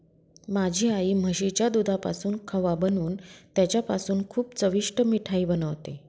माझी आई म्हशीच्या दुधापासून खवा बनवून त्याच्यापासून खूप चविष्ट मिठाई बनवते